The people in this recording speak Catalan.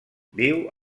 viu